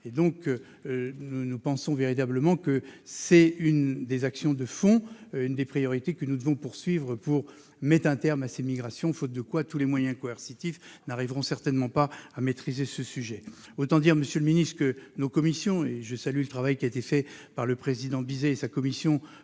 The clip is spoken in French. Nous pensons véritablement qu'il s'agit de l'une des actions de fond et de l'une des priorités que nous devons poursuivre pour mettre un terme à ces migrations, faute de quoi tous les moyens coercitifs ne permettront certainement pas de maîtriser ce phénomène. Autant dire, monsieur le ministre, que nos commissions- je salue le travail qui a été fait par le président Jean Bizet et la commission